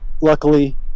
Luckily